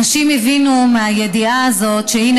אנשים הבינו מהידיעה הזאת שהינה,